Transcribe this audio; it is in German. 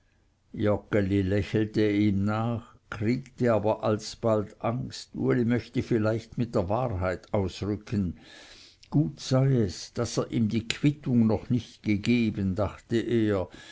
lächelte ihm nach kriegte aber alsbald angst uli möchte vielleicht mit der wahrheit ausrücken gut sei es daß er ihm die quittung noch nicht gegeben dachte er